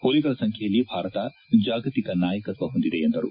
ಹುಲಿಗಳ ಸಂಖ್ಯೆಯಲ್ಲಿ ಭಾರತ ಜಾಗತಿಕ ನಾಯಕತ್ವ ಹೊಂದಿದೆ ಎಂದರು